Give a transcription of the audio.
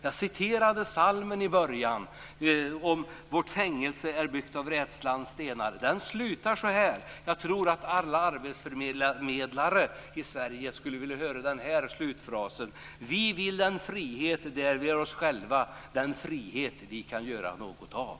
Jag citerade i början ur en psalm om vårt fängelse som är byggt av rädslans stenar. Jag tror att alla arbetsförmedlare i Sverige skulle vilja höra den här slutfrasen: "Vi vill den frihet där vi är oss själva, den frihet vi kan göra något av -."